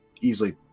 easily